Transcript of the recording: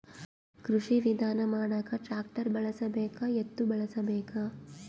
ಕೃಷಿ ವಿಧಾನ ಮಾಡಾಕ ಟ್ಟ್ರ್ಯಾಕ್ಟರ್ ಬಳಸಬೇಕ, ಎತ್ತು ಬಳಸಬೇಕ?